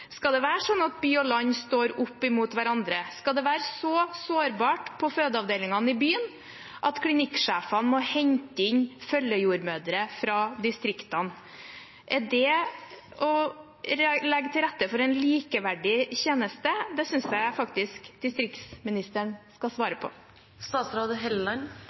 Skal det være sånn at by og land står opp mot hverandre? Skal det være så sårbart på fødeavdelingene i byene at klinikksjefene må hente inn følgejordmødre fra distriktene? Er det å legge til rette for en likeverdig tjeneste? Det synes jeg faktisk distriktsministeren skal